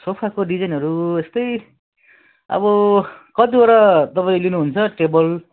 सोफाको डिजाइनहरू यस्तै अब कतिवटा तपाईँ लिनुहुन्छ टेबल